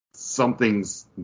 something's